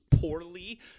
poorly